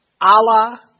allah